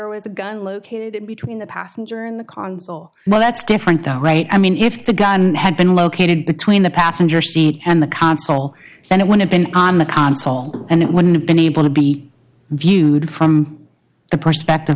was a gun located between the passenger in the console well that's different though right i mean if the gun had been located between the passenger seat and the console then it would have been on the console and it wouldn't have been able to be viewed from the perspective